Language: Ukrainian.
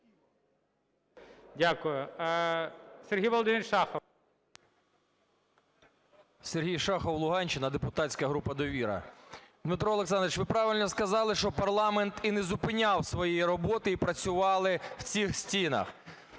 Дякую. Сергій Володимирович Шахов. 13:42:37 ШАХОВ С.В. Сергій Шахов, Луганщина, депутатська група "Довіра". Дмитро Олександрович, ви правильно сказали, що парламент і не зупиняв своєї роботи і працювали в цих стінах.